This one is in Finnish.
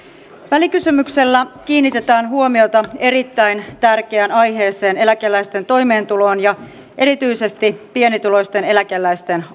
välikysymyksellä kiinnitetään huomiota erittäin tärkeään aiheeseen eläkeläisten toimeentuloon ja erityisesti pienituloisten eläkeläisten